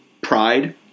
pride